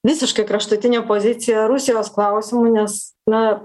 visiškai kraštutinė pozicija rusijos klausimu nes na